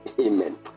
Amen